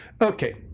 Okay